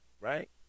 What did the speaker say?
right